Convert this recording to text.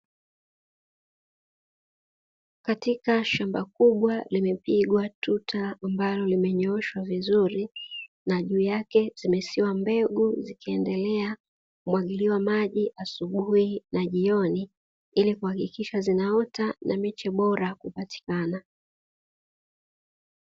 Katika shamba kubwa limepigwa tuta ambalo limenyooshwa vizuri na juu yake, zimesiwa mbegu zikiendelea kumwagiliwa maji asubuhi na jioni ili kuhakikisha zinaota na miche bora kupatikana.